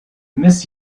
miss